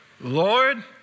Lord